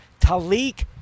Talik